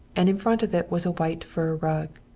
and in front of it was a white fur rug.